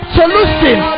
solution